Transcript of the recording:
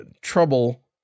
trouble